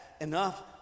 enough